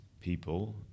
people